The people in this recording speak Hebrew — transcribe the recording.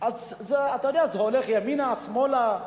אז זה הולך ימינה, שמאלה,